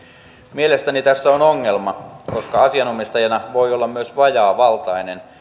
mielestäni tässä on ongelma koska asianomistajana voi olla myös vajaavaltainen